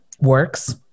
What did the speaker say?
works